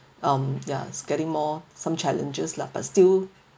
um ya is getting more some challenges lah but still